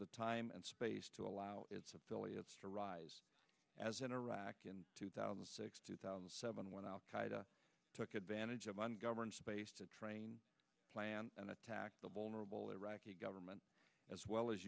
the time and space to allow its affiliates to rise as in iraq in two thousand and six two thousand and seven when al qaeda took advantage of one governed space to train plan and attack the vulnerable iraqi government as well as